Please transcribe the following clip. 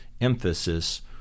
emphasis